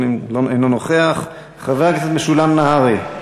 אינו נוכח, חבר הכנסת משולם נהרי,